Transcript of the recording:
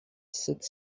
sept